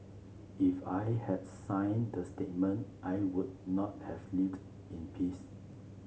if I had signed that statement I would not have lived in peace